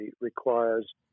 requires